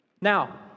Now